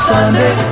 Sunday